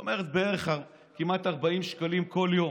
זאת אומרת, כמעט 40 שקלים כל יום.